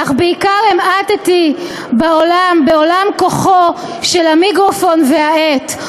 אך בעיקר המעטתי בעולם כוחו של המיקרופון והעט.